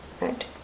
right